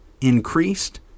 increased